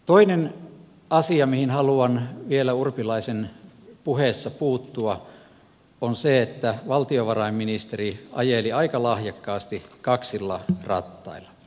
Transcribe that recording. toinen asia mihin haluan vielä urpilaisen puheessa puuttua on se että valtiovarainministeri ajeli aika lahjakkaasti kaksilla rattailla